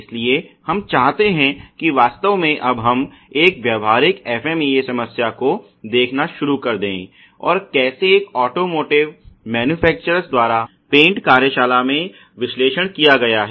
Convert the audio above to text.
इसलिए हम चाहते हैं कि वास्तव में अब हम एक व्यावहारिक FMEA समस्या को देखना शुरू कर दें और कैसे एक ऑटोमोटिव मैन्युफैक्चरर्स द्वारा पेंट कार्यशाला में विश्लेषण किया गया है